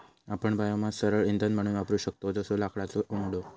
आपण बायोमास सरळ इंधन म्हणून वापरू शकतव जसो लाकडाचो ओंडको